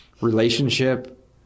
relationship